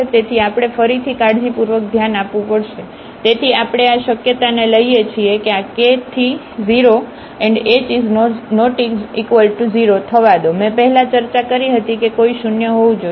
તેથી આપણે ફરીથી કાળજીપૂર્વક ધ્યાન આપવું પડશે તેથી આપણે આ શક્યતાને લઈએ છીએ કે આ k → 0 h ≠ 0 થવા દો મેં પહેલાં ચર્ચા કરી હતી કે કોઈ શૂન્ય હોવું જોઈએ